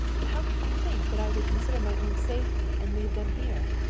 how can you think that i would consider my own safety and leave them here?